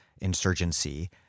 insurgency